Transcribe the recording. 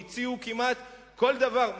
שהציעו כמעט כל דבר,